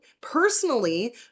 personally